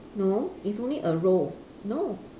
no it's only a row no